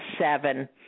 seven